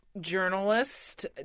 journalist